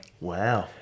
Wow